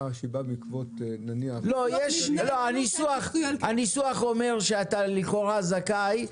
שבאה בעקבות נניח שנים --- הניסוח אומר שאתה לכאורה זכאי.